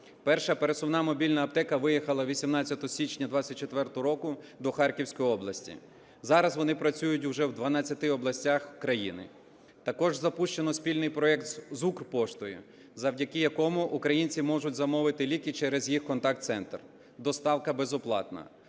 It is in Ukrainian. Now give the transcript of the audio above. Перша пересувна мобільна аптека виїхала 18 січня 2024 року до Харківської області. Зараз вони працюють вже в дванадцяти областях країни. Також запущено спільний проєкт з Укрпоштою, завдяки якому українці можуть замовити ліки через їх контакт-центр, доставка безоплатна.